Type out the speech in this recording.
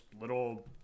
little